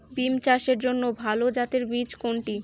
বিম চাষের জন্য ভালো জাতের বীজ কোনটি?